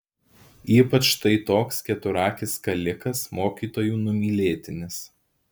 ypač štai toks keturakis kalikas mokytojų numylėtinis